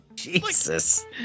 Jesus